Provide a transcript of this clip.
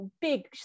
big